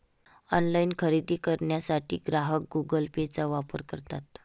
online खरेदी करण्यासाठी ग्राहक गुगल पेचा वापर करतात